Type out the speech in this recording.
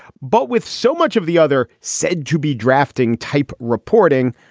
but with so much of the other said to be drafting type reporting,